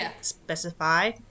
specify